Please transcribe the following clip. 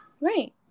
Right